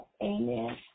Amen